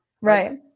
Right